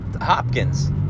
Hopkins